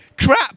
crap